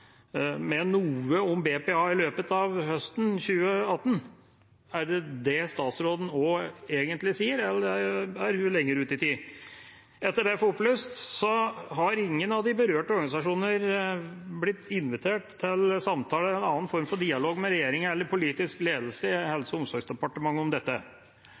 med noe om BPA i løpet av høsten 2018. Er det det statsråden også egentlig sier, eller er hun lenger ut i tid? Etter det jeg får opplyst, har ingen av de berørte organisasjonene blitt invitert til samtaler eller en annen form for dialog med regjeringa eller med politisk ledelse i Helse- og omsorgsdepartementet om dette.